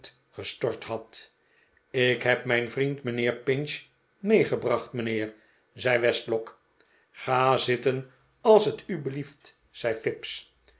gestort had ik heb mijn vriend mijnheer pinch meegebracht mijnheer zei westlock ga zitten als t u belieft zei